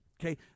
Okay